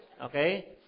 okay